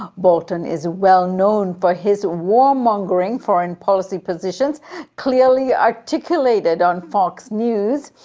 bolton is well known for his warmongering foreign policy positions clearly articulated on fox news.